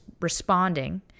responding